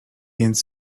więc